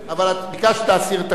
אבל את ביקשת להסיר את הכול,